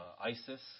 ISIS